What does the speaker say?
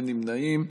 אין נמנעים.